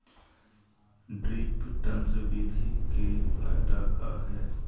Drip तन्त्र बिधि के फायदा का है?